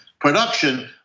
production